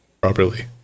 properly